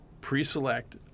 pre-select